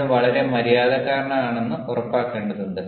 നിങ്ങൾ വളരെ മര്യാദക്കാരനാണെന്ന് ഉറപ്പാക്കേണ്ടതുണ്ട്